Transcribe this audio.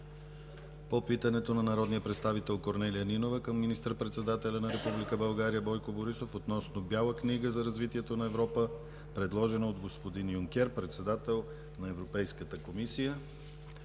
по питането на народния представител Корнелия Нинова към министър-председателя на Република България Бойко Борисов относно Бяла книга за развитието на Европа, предложена от господин Юнкер – председател на Европейската комисия.